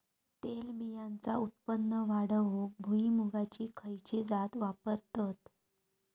तेलबियांचा उत्पन्न वाढवूक भुईमूगाची खयची जात वापरतत?